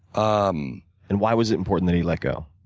um and why was it important that he let go?